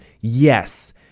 Yes